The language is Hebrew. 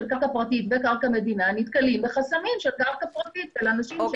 קרקע פרטית וקרקע מדינה נתקלים בחסמים של קרקע פרטית של אנשים שלא מוכנים